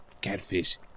catfish